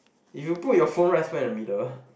if you put right smack in the middle